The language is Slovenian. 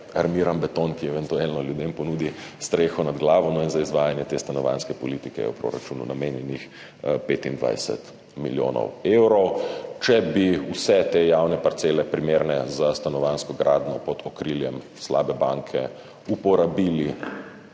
armirani beton, ki eventualno ljudem ponudi streho nad glavo. Za izvajanje te stanovanjske politike je v proračunu namenjenih 25 milijonov evrov. Če bi vse te javne parcele, primerne za stanovanjsko gradnjo, pod okriljem slabe banke uporabili